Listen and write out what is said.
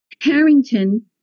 Harrington